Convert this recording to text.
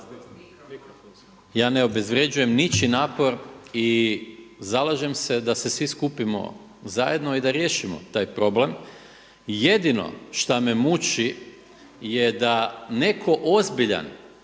Ja ne obezvrjeđujem ničiji napor i zalažem se da se svi skupimo zajedno i da riješimo taj problem. Jedino šta me muči je da netko ozbiljan